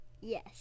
Yes